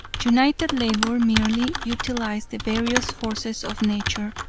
united labor merely utilized the various forces of nature,